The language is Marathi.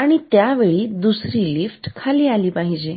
आणि त्यावेळी ही दुसरी खाली आली पाहिजे